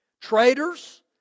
traitors